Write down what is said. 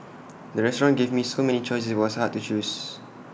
the restaurant gave me so many choices was hard to choose